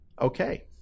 Okay